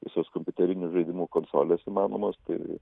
visos kompiuterinių žaidimų konsolės įmanomos tai